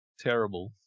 Terrible